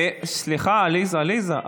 סליחה, עליזה.